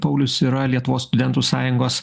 paulius yra lietuvos studentų sąjungos